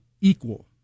Equal